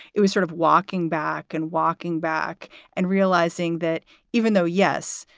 it was sort of walking back and walking back and realizing that even though, yes,